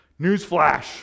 Newsflash